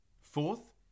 Fourth